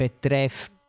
Betreff